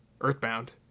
Earthbound